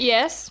Yes